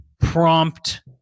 prompt